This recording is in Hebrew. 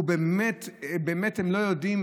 באמת הם לא יודעים?